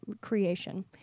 creation